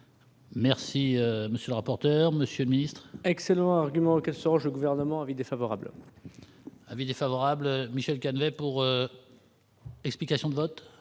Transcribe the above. Merci, monsieur le rapporteur, monsieur le Ministre. Excellent argument auquel se range gouvernement avis défavorable. Avis défavorable Michèle Canet pour. Explications de vote.